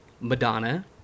Madonna